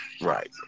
Right